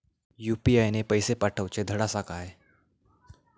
UPI ने पैशे पाठवूचे धड आसा काय?